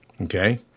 Okay